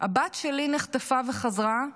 הבת שלי נחטפה וחזרה,